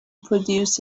produce